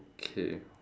K